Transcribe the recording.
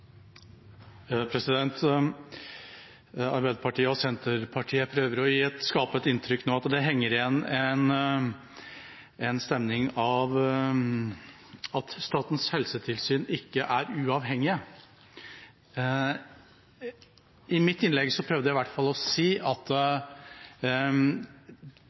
Arbeiderpartiet og Senterpartiet prøver å skape et inntrykk nå av at det henger igjen en stemning av at Statens helsetilsyn ikke er uavhengig. I mitt innlegg prøvde jeg i hvert fall å si at